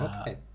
Okay